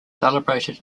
celebrated